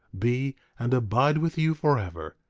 be, and abide with you forever.